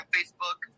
Facebook